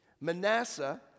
Manasseh